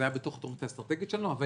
זה היה בתוך התכנית האסטרטגית שלנו אבל